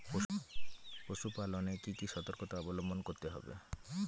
পশুপালন এ কি কি সর্তকতা অবলম্বন করতে হবে?